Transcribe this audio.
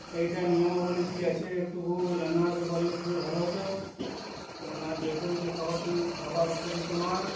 এইটা নিয়মাবলি কী আছে একটুকু জানাতে পারলে খুবই ভালো হতো কেননা যেহেতু এটি খাবারটি খাবার উপযুক্ত নয়